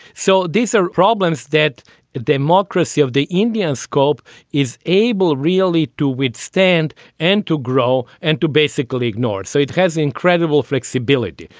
so these are problems that democracy of the indian scope is able really to withstand and to grow and to basically ignored. so it has incredible flexibility.